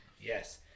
Yes